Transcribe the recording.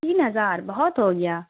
تین ہزار بہت ہو گیا